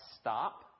stop